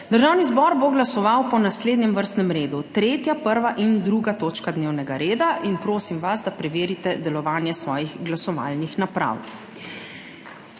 Državni zbor bo glasoval po naslednjem vrstnem redu: 3., 1. in 2. točka dnevnega reda. In prosim vas, da preverite delovanje svojih glasovalnih naprav.